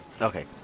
Okay